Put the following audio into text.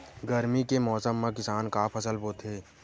गरमी के मौसम मा किसान का फसल बोथे?